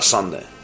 Sunday